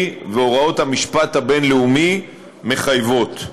והוראות המשפט הבין-לאומי מחייבות.